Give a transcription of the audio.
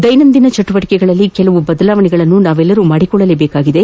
ದೈನಂದಿನ ಚಟುವಟಿಕೆಗಳಲ್ಲಿ ಕೆಲ ಬದಲಾವಣೆಗಳನ್ನು ನಾವೆಲ್ಲರೂ ಮಾಡಿಕೊಳ್ಳಲೇಬೇಕಿದೆ